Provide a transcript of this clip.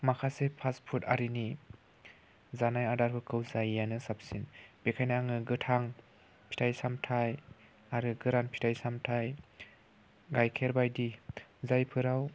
माखासे फास्टफुड आरिनि जानाय आदारफोरखौ जायिआनो साबसिन बेनिखायनो आङो गोथां फिथाइ सामथाय आरो गोरान फिथाइ सामथाय गाइखेर बायदि जायफोराव